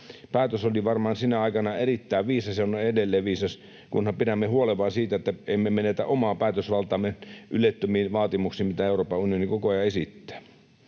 Päätös oli varmaan sinä aikana erittäin viisas, ja se on edelleen viisas, kunhan vain pidämme huolen siitä, että emme menetä omaa päätösvaltaamme ylettömiin vaatimuksiin, mitä Euroopan unioni koko ajan esittää.